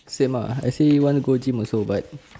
same ah I see you want to go gym also but